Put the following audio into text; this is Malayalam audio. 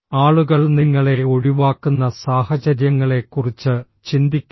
ആളുകൾ നിങ്ങളെ ഒഴിവാക്കുന്ന സാഹചര്യങ്ങളെക്കുറിച്ച് ചിന്തിക്കുക